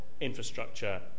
infrastructure